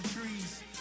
trees